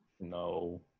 No